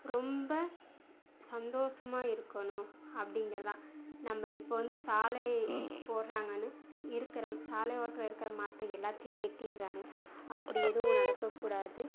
ரொம்ப சந்தோசமாக இருக்கனும் அப்படிங்கறதுதான் நம்ப இப்போ வந்து சாலை போடுறாங்கனு இருக்கறம் சாலை ஓரத்தில் இருக்கிற மரத்தை எல்லாத்தையும் வெட்டிடுறாங்க அப்படி எதுவும் நடக்கக்கூடாது